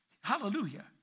Hallelujah